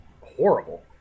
horrible